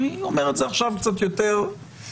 אני אומר את זה עכשיו, קצת יותר חד.